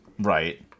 Right